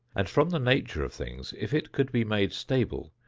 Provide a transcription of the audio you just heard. and from the nature of things, if it could be made stable,